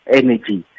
energy